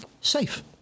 Safe